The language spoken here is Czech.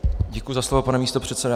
Děkuji za slovo, pane místopředsedo.